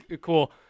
cool